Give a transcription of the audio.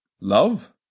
Love